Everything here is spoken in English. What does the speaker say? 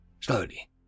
Slowly